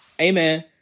Amen